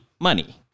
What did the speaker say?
money